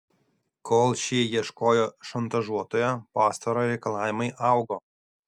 kol šie ieškojo šantažuotojo pastarojo reikalavimai augo